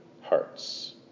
hearts